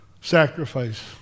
sacrifice